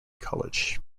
college